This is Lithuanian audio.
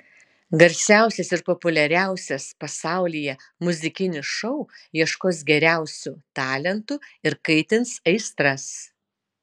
garsiausias ir populiariausias pasaulyje muzikinis šou ieškos geriausių talentų ir kaitins aistras